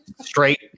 straight